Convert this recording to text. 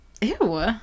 Ew